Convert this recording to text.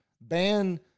Ban